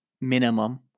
minimum